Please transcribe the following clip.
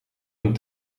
een